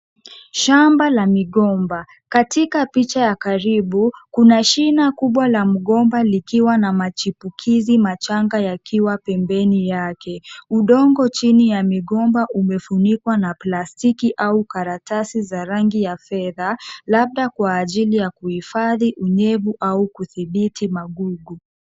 Shamba la migomba. Katika picha ya karibu, kuna shina kubwa la mgomba likiwa na machipukizi machanga yakiwa pembeni yake. Udongo chini ya migomba umefunikwa na plastiki au karatasi za rangi ya fedha, labda kwa ajili ya kuhifadhi unyevu au kudhibiti magugu.